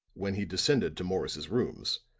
when he descended to morris's rooms,